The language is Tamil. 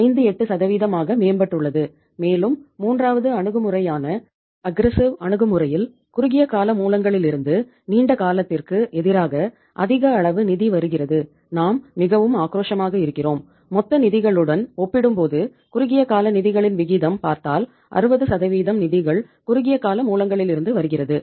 58 ஆகா மேம்பட்டுள்ளது மேலும் மூன்றாவது அணுகுமுறையான அஃகிரெஸ்ஸிவ் அணுகுமுறையில் குறுகிய கால மூலங்களிலிருந்து நீண்ட காலத்திற்கு எதிராக அதிக அளவு நிதி வருகிறது நாம் மிகவும் ஆக்ரோஷமாக இருக்கிறோம் மொத்த நிதிகளுடன் ஒப்பிடும்போது குறுகிய கால நிதிகளின் விகிதம் பார்த்தால் 60 நிதிகள் குறுகிய கால மூலங்களிலிருந்து வருகிறது